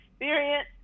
experience